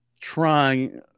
trying